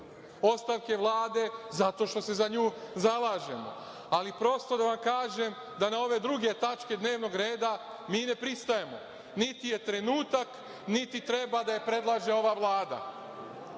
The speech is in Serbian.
ostavke Vlade zato što se za nju zalažemo, ali prosto da vam kažem da na ove druge tačke dnevnog reda mi ne pristajemo, niti je trenutak, niti treba da predlaže ova Vlada. Nakon